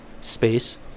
space